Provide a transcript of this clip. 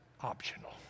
optional